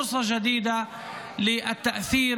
חבר הכנסת יוראי להב הרצנו,